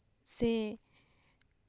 ᱥᱮ